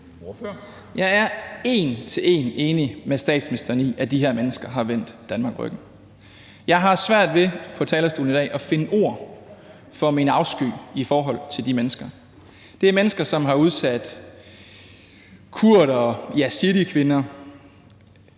Jeg er en til en enig med statsministeren i, at de her mennesker har vendt Danmark ryggen. Jeg har svært ved på talerstolen i dag at finde ord for min afsky i forhold til de mennesker. Det er mennesker, som har udsat kurdere, yazidikvinder,